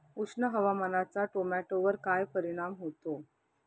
उष्ण हवामानाचा टोमॅटोवर काय परिणाम होतो?